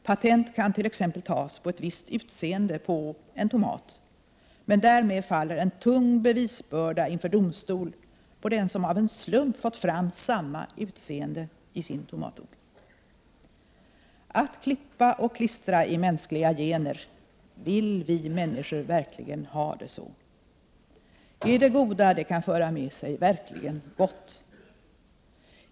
Patent kan t.ex. tas på ett visst utseende på en tomat, men därmed faller en tung bevisbörda inför domstol på den som av en slump fått fram samma utseende i sin tomatodling. Att klippa och klistra i mänskliga gener — vill vi människor verkligen ha det så? Är det goda det kan föra med sig verkligen gott?